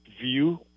view